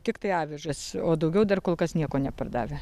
tiktai avižas o daugiau dar kol kas nieko nepardavę